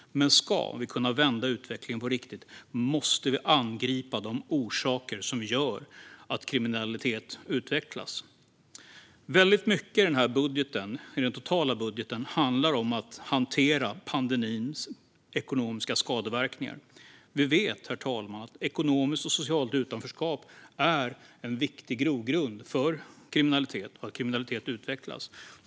Men om vi ska kunna vända utvecklingen på riktigt måste vi angripa de orsaker som gör att kriminalitet utvecklas. Mycket i den totala budgeten handlar om att hantera pandemins ekonomiska skadeverkningar. Vi vet, herr talman, att ekonomiskt och socialt utanförskap är en viktig grogrund för att kriminalitet utvecklas.